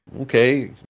okay